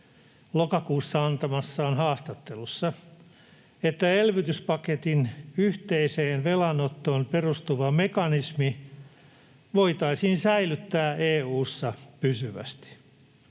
lokakuussa antamassaan haastattelussa, että elvytyspaketin yhteiseen velanottoon perustuva mekanismi voitaisiin säilyttää EU:ssa pysyvästi.